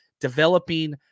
developing